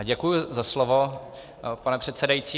Děkuji za slovo, pane předsedající.